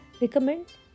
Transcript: recommend